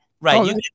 right